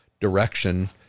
direction